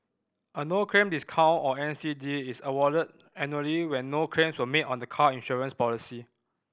a no claim discount or N C D is awarded annually when no claims were made on the car insurance policy